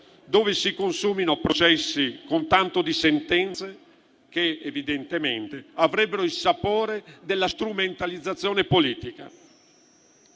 dove si consumino processi con tanto di sentenze che, evidentemente, avrebbero il sapore della strumentalizzazione politica.